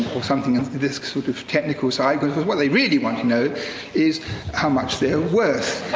or something of this sort of technical side. but, what they really want to know is how much they are worth.